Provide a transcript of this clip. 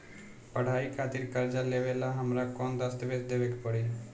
पढ़ाई खातिर कर्जा लेवेला हमरा कौन दस्तावेज़ देवे के पड़ी?